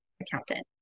accountant